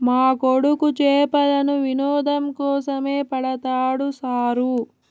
మా కొడుకు చేపలను వినోదం కోసమే పడతాడు సారూ